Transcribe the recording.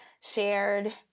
shared